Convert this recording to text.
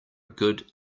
good